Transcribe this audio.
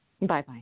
Bye-bye